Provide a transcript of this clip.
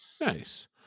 Nice